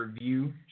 review